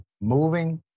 moving